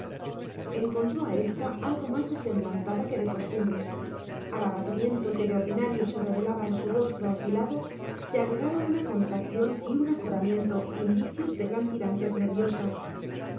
encontró a ésta algo más desemblantada que de costumbre al abatimiento que de ordinario se revelaba en su rostro afilado se agregaba una contracción y un azoramiento indicios de gran tirantez nerviosa